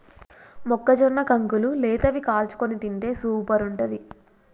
మొక్కజొన్న కంకులు లేతవి కాల్చుకొని తింటే సూపర్ ఉంటది